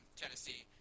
tennessee